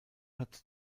hat